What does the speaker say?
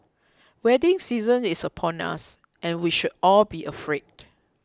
wedding season is upon us and we should all be afraid